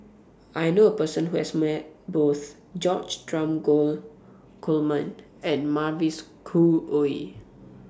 I knew A Person Who has Met Both George Dromgold Coleman and Mavis Khoo Oei